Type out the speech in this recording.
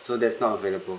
so that's not available